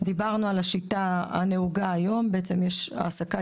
דיברנו על השיטה הנהוגה היום; יש העסקה